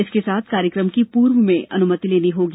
इसके साथ कार्यक्रम की पूर्व में अनुमति लेनी जरूरी